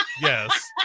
yes